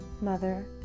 mother